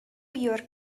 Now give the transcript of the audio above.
your